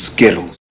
Skittles